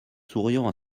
souriant